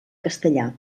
castellà